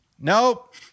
Nope